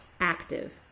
active